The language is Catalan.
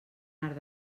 arc